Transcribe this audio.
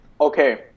Okay